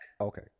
Okay